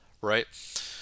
right